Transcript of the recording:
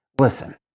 listen